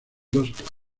dos